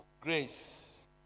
grace